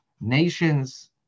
nations